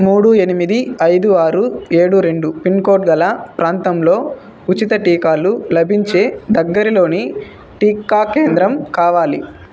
మూడు ఎనిమిది ఐదు ఆరు ఏడు రెండు పిన్కోడ్ గల ప్రాంతంలో ఉచిత టీకాలు లభించే దగ్గరలోని టీకా కేంద్రం కావాలి